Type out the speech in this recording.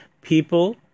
People